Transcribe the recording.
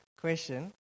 question